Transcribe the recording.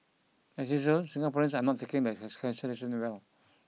as usual Singaporeans are not taking the cancel cancellation well